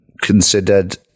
considered